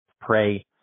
pray